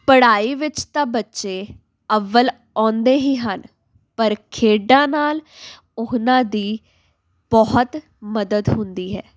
ਪੜ੍ਹਾਈ ਵਿੱਚ ਤਾਂ ਬੱਚੇ ਅੱਵਲ ਆਉਂਦੇ ਹੀ ਹਨ ਪਰ ਖੇਡਾਂ ਨਾਲ਼ ਉਹਨਾਂ ਦੀ ਬਹੁਤ ਮਦਦ ਹੁੰਦੀ ਹੈ